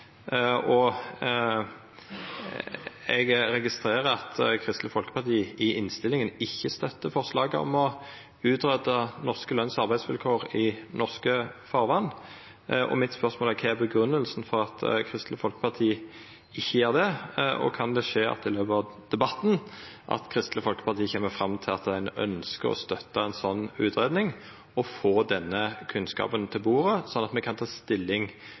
av. Eg registrerer at Kristeleg Folkeparti i innstillinga ikkje støttar forslaget om å greia ut norske løns- og arbeidsvilkår i norske farvatn. Kva er grunngjevinga for at Kristeleg Folkeparti ikkje gjer det? Kan det skje i løpet av debatten at Kristeleg Folkeparti kjem fram til at ein ønskjer å støtta ei slik utgreiing og få den kunnskapen på bordet, slik at me kan ta stilling